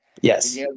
Yes